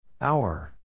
hour